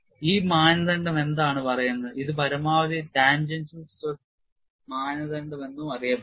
ഈ മാനദണ്ഡം എന്താണ് പറയുന്നത് ഇത് പരമാവധി ടാൻജൻഷ്യൽ സ്ട്രെസ് മാനദണ്ഡം എന്നും അറിയപ്പെടുന്നു